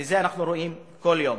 את זה אנחנו רואים כל יום.